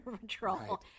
patrol